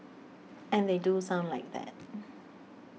and they do sound like that